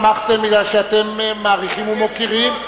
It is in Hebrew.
תמכתם כי אתם מעריכים ומוקירים,